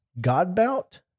Godbout